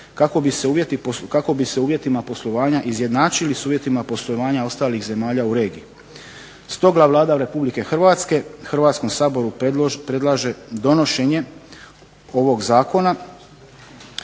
kako bi se u uvjetima poslovanja izjednačili s uvjetima poslovanja ostalih zemalja u regiji. Stoga Vlada Republike Hrvatske Hrvatskog saboru predlaže donošenje ovog Zakona